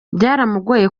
byaramugoye